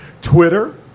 Twitter